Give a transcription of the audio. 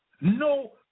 No